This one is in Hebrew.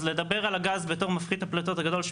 אז לדבר על הגז בתור מפחית הפליטות הגדול של